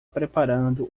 preparando